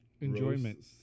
enjoyment